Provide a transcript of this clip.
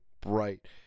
bright